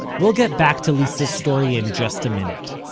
we'll get back to lisa's story in just a minute,